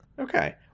Okay